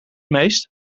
meest